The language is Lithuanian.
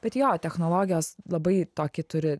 bet jo technologijos labai tokį turi